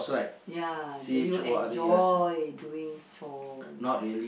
ya do you enjoy doing chores